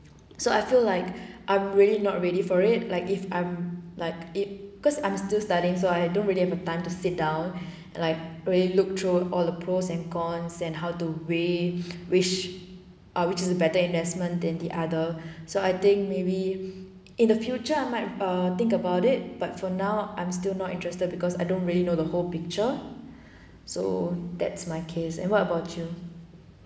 so I feel like I'm really not ready for it like if I'm like it cause I'm still studying so I don't really have a time to sit down like really look through all the pros and cons and how to weigh which ah which is the better investment than the other so I think maybe in the future I might err think about it but for now I'm still not interested because I don't really know the whole picture so that's my case and what about you